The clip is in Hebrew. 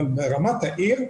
אבל ברמת העיר,